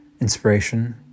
inspiration